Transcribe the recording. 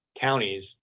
counties